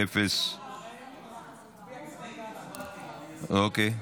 ההצעה להעביר את הצעת חוק חופשה שנתית (תיקון,